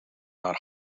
naar